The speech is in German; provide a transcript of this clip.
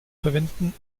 verwenden